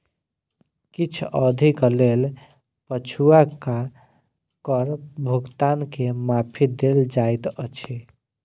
किछ अवधिक लेल पछुलका कर भुगतान के माफी देल जाइत अछि